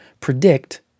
predict